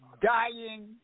dying